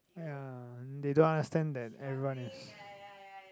ya they don't understand that everyone is